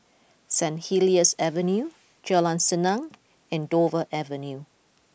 Saint Helier's Avenue Jalan Senang and Dover Avenue